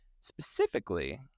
specifically